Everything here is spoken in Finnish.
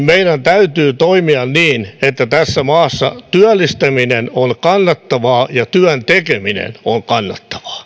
meidän täytyy toimia niin että tässä maassa työllistäminen on kannattavaa ja työn tekeminen on